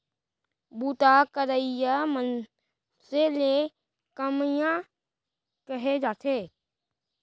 बूता करइया मनसे ल कमियां कहे जाथे